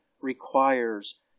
requires